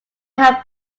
have